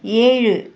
ஏழு